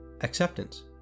acceptance